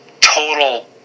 total